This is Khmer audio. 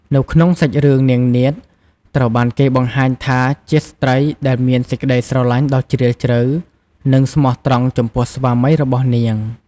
នៅក្នុងសាច់រឿង នាងនាថ ត្រូវបានគេបង្ហាញថាជាស្ត្រីដែលមានសេចក្តីស្រឡាញ់ដ៏ជ្រាលជ្រៅ និងស្មោះត្រង់ចំពោះស្វាមីរបស់នាង ។